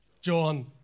John